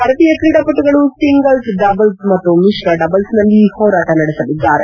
ಭಾರತೀಯ ಕ್ರೀಡಾಪಟುಗಳು singles doubles ಮತ್ತು ಮಿತ್ರ ಡಬಲ್ಸ್ನಲ್ಲಿ ಹೋರಾಟ ನಡೆಸಲಿದ್ದಾರೆ